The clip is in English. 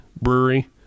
Brewery